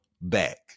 back